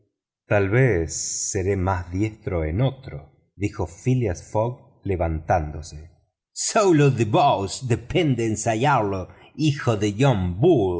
tal vez seré más diestro en otro dijo phileas fogg levantándose sólo de vos depende ensayarlo hijo de john